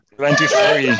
twenty-three